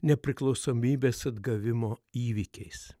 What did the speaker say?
nepriklausomybės atgavimo įvykiais